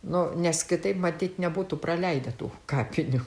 nu nes kitaip matyt nebūtų praleidę tų kapinių